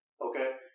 Okay